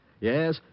Yes